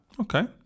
Okay